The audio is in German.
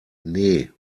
nee